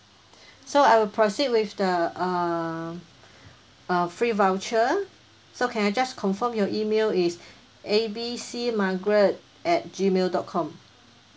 so I will proceed with the uh uh free voucher so can I just confirm your email is A B C margaret at G mail dot com